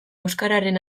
euskararen